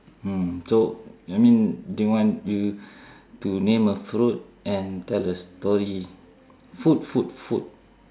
mm so I mean they want you to name a fruit and tell a story food food food